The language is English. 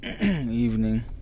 evening